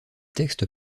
textes